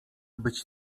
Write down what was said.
być